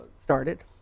started